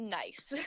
nice